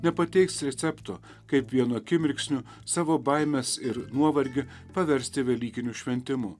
nepateiks recepto kaip vienu akimirksniu savo baimes ir nuovargį paversti velykiniu šventimu